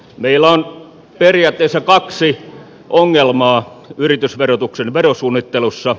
meillä on periaatteessa kaksi ongelmaa yritysverotuksen verosuunnittelussa